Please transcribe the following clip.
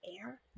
air